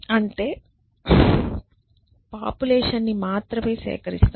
అంటే పాపులేషన్ ని మాత్రమే సేకరిస్తాము